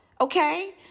Okay